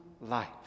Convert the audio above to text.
life